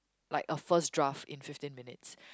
like a first draft in fifteen minutes